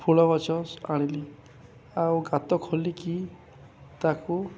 ଫୁଲ ଗଛ ଆଣିଲି ଆଉ ଗାତ ଖୋଲିକି ତାକୁ